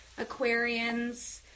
Aquarians